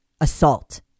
assault